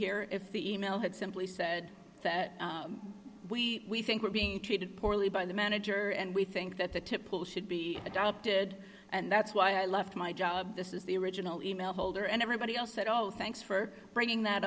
here if the e mail had simply said that we think we're being treated poorly by the manager and we think that the typical should be adopted and that's why i left my job this is the original email holder and everybody else said oh thanks for bringing that